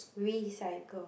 recycle